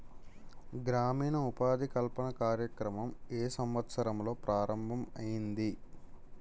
గ్రామీణ ఉపాధి కల్పన కార్యక్రమం ఏ సంవత్సరంలో ప్రారంభం ఐయ్యింది?